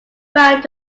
found